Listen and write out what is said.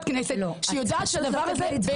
כנסת שיודעת שהדבר הזה בתוך --- לא,